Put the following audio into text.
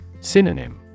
Synonym